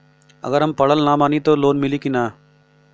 अगर हम पढ़ल ना बानी त लोन मिली कि ना?